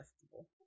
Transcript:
festival